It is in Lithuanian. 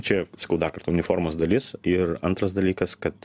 čia sakau dar kartą uniformos dalis ir antras dalykas kad